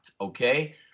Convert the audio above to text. okay